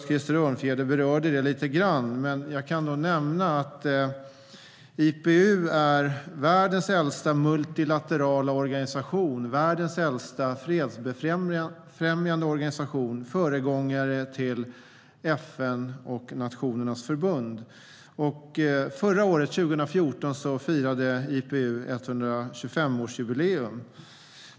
Krister Örnfjäder berörde frågan lite grann, men jag kan nämna att IPU är världens äldsta multilaterala organisation - världens äldsta fredsbefrämjande organisation - och föregångare till FN och Nationernas förbund. Under 2014 firade IPU 125-årsjubileum.